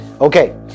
Okay